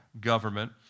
government